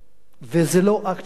וזה לא אקט של חולשה?